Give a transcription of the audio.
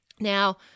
Now